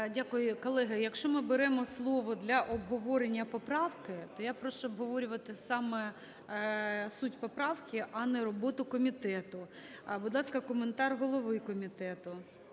Дякую. Колеги, якщо ми беремо слово для обговорення поправки, то я прошу обговорювати саме суть поправки, а не роботу комітету. Будь ласка, коментар голови комітету.